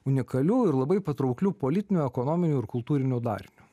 unikaliu ir labai patraukliu politiniu ekonominiu ir kultūriniu dariniu